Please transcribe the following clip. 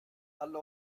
alle